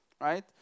right